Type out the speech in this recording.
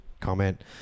comment